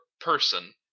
person